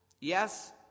yes